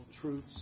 truths